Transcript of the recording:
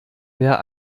wer